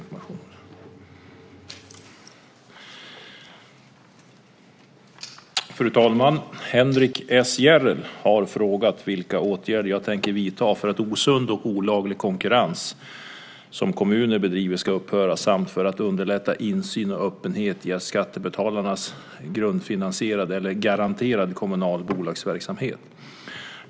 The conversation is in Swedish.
Fru talman! Henrik S Järrel har frågat vilka åtgärder jag tänker vidta för att osund och olaglig konkurrens som kommuner bedriver ska upphöra samt för att underlätta insyn och öppenhet i av skattebetalarna grundfinansierad eller garanterad kommunal bolagsverksamhet.